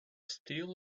steel